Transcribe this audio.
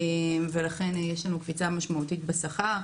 לכן יש קפיצה משמעותית בשכר.